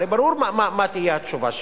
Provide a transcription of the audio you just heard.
הרי ברור מה תהיה התשובה שלו.